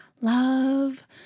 love